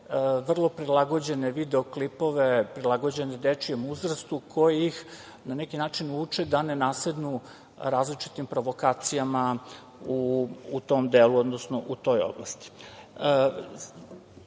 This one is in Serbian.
vrlo prilagođene video-klipove prilagođene dečijem uzrastu, koji ih na neki način uče da ne nasednu različitim provokacijama u tom delu, odnosno u toj oblasti. To